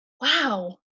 wow